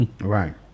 Right